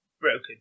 broken